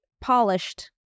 polished